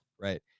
right